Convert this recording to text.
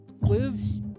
Liz